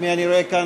את מי אני רואה כאן?